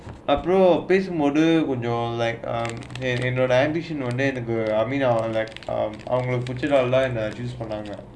அப்புறம் பேச மொத:appurom pesa motha piece of model கொஞ்சம்:konjam like um I will purchase online I choose online ah